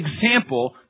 example